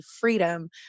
freedom